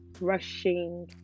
rushing